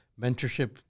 Mentorship